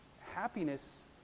Happiness